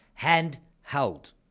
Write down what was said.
Handheld